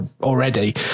already